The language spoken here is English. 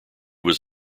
was